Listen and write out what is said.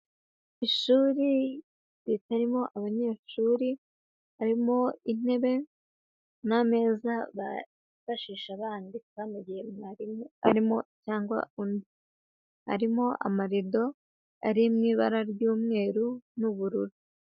Ishuri ritarimo abanyeshuri, harimo intebe n'ameza bifashisha bandika mu gihe mwarimu arimo cyangwa undi, harimo amarido ari mu ibara ry'umweru n'ubururu.